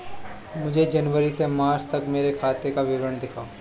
मुझे जनवरी से मार्च तक मेरे खाते का विवरण दिखाओ?